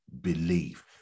believe